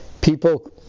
People